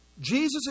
Jesus